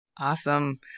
Awesome